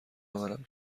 آورم